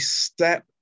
step